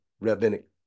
rabbinic